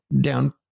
down